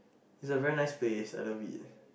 it's a very place I love it